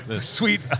sweet